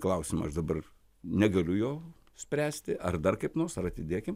klausimą aš dabar negaliu jo spręsti ar dar kaip nors ar atidėkim